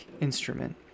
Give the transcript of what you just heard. instrument